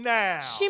now